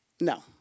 No